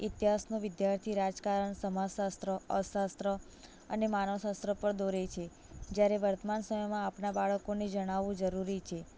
ઇતિહાસનો વિદ્યાર્થી રાજકારણ સમાજશાસ્ત્ર અર્થશાસ્ત્ર અને માનવશાસ્ત્ર પર દોરે છે જ્યારે વર્તમાન સમયમાં આપણા બાળકોને જણાવવું જરૂરી છે